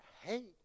hate